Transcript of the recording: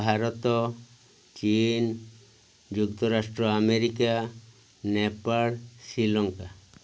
ଭାରତ ଚୀନ ଯୁକ୍ତରାଷ୍ଟ୍ର ଆମେରିକା ନେପାଳ ଶ୍ରୀଲଙ୍କା